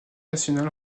nationale